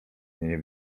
nie